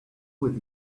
with